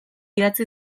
idatzi